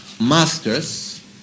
masters